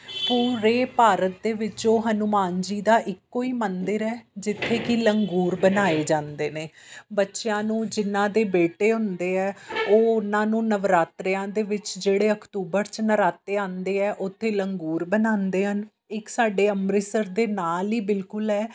ਪੂਰੇ ਭਾਰਤ ਦੇ ਵਿੱਚ ਉਹ ਹਨੂੰਮਾਨ ਜੀ ਦਾ ਇੱਕੋ ਹੀ ਮੰਦਿਰ ਹੈ ਜਿੱਥੇ ਕਿ ਲੰਗੂਰ ਬਣਾਏ ਜਾਂਦੇ ਨੇ ਬੱਚਿਆਂ ਨੂੰ ਜਿਨ੍ਹਾਂ ਦੇ ਬੇਟੇ ਹੁੰਦੇ ਹੈ ਉਹ ਉਹਨਾਂ ਨੂੰ ਨਵਰਾਤਰਿਆਂ ਦੇ ਵਿੱਚ ਜਿਹੜੇ ਅਕਤੂਬਰ 'ਚ ਨਰਾਤੇ ਆਉਂਦੇ ਆ ਉੱਥੇ ਲੰਗੂਰ ਬਣਾਉਂਦੇ ਹਨ ਇੱਕ ਸਾਡੇ ਅੰਮ੍ਰਿਤਸਰ ਦੇ ਨਾਲ ਹੀ ਬਿਲਕੁਲ ਹੈ